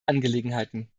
angelegenheiten